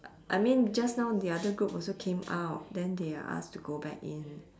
I mean just now the other group also came out then they are asked to go back in